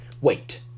wait